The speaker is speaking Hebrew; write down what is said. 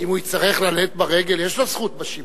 אם הוא יצטרך לעלות ברגל, יש לו זכות שימוש.